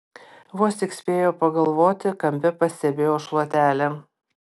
vos tik spėjo pagalvoti kampe pastebėjo šluotelę